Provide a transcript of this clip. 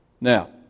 Now